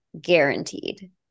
Guaranteed